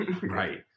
Right